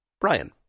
Brian